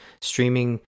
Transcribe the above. streaming